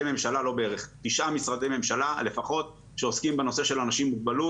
ממשלה לפחות שעוסקים בנושא של אנשים עם מוגבלות.